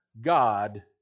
God